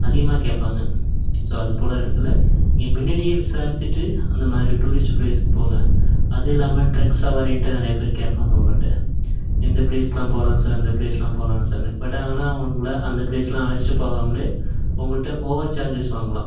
அதிகமாக கேட்பாங்க ஸோ அதுபோல் இடத்துல நீங்கள் முன்னாடியே விசாரித்துட்டு அந்த மாதிரி டூரிஸ்ட்டு பிளேஸ்க்குப் போங்க அது இல்லாமல் ட்ரக்ஸ் சவாரின்ட்டு நிறைய பேர் கேட்பாங்க உங்கள்கிட்ட இந்த பிளேஸ்க்கெலாம் போகலாம் சார் அந்த பிளேஸ்யெலாம் போகலாமா சார்னு பட்டு ஆனால் அவங்களுக்குள்ள அந்த பிளேஸ்யெலாம் அழைச்சிட்டுப் போகாமலே உங்கள்கிட்ட ஓவர் சார்ஜஸ் வாங்கலாம்